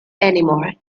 anymore